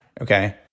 Okay